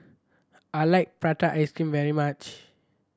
I like prata ice cream very much